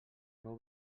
meu